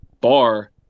bar